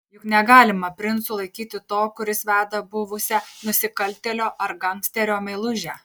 juk negalima princu laikyti to kuris veda buvusią nusikaltėlio ar gangsterio meilužę